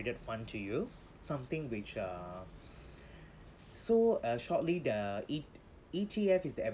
fund to you something which uh so uh shortly the E~ E_T_F is the